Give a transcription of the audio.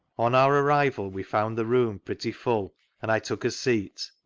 on our arrival we found the room pretty full and i took a seat.